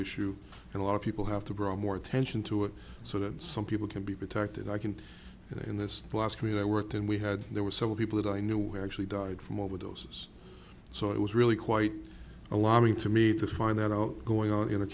issue and a lot of people have to bring more attention to it so that some people can be protected i can in this last week i worked and we had there were several people that i knew were actually died from overdoses so it was really quite alarming to me to find that out going on